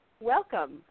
Welcome